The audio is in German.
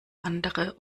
andere